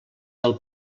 del